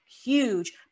huge